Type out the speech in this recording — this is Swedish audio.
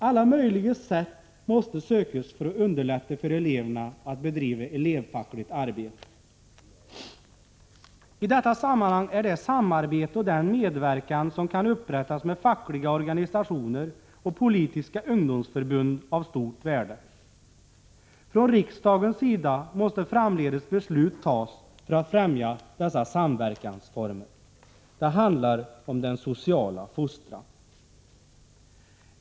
Alla möjliga sätt måste utnyttjas för att underlätta för eleverna att bedriva elevfackligt arbete. I detta sammanhang är det samarbete och den medverkan som kan upprättas med fackliga organisationer och politiska ungdomsförbund av stort värde. Från riksdagens sida måste framdeles beslut tas för att främja dessa samverkansformer. Det handlar om den sociala fostran.